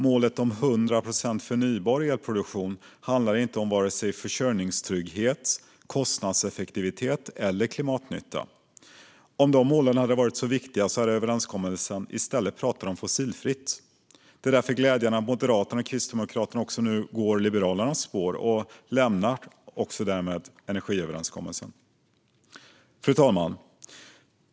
Målet om "100 procent förnybar" elproduktion handlar inte om vare sig försörjningstrygghet, kostnadseffektivitet eller klimatnytta. Om de målen varit viktiga hade överenskommelsen i stället pratat om "fossilfritt". Det är därför glädjande att Moderaterna och Kristdemokraterna nu väljer att gå i Liberalernas spår och därmed lämnar energiöverenskommelsen. Fru talman!